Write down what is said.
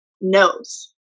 knows